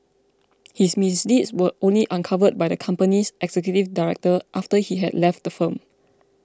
his misdeeds were only uncovered by the company's executive director after he had left the firm